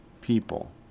people